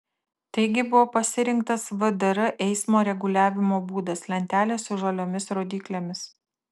taigi buvo pasirinktas vdr eismo reguliavimo būdas lentelės su žaliomis rodyklėmis